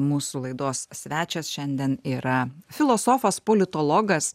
mūsų laidos svečias šiandien yra filosofas politologas